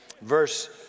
Verse